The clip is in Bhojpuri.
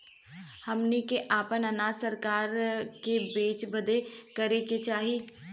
हमनी के आपन अनाज सरकार के बेचे बदे का करे के चाही?